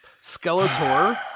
Skeletor